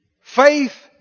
Faith